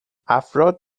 افراد